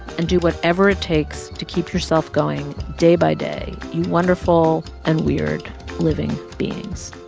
and do whatever it takes to keep yourself going day by day, you wonderful and weird living beings